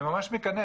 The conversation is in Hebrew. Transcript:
אני ממש מקנא.